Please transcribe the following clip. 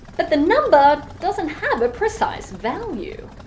but the number doesn't have a precise value.